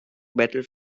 metal